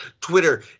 Twitter